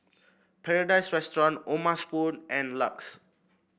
Paradise Restaurant O'ma Spoon and Lux